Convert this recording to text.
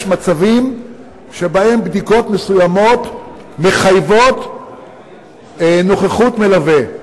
יש מצבים שבהם בדיקות מסוימות מחייבות נוכחות מלווה.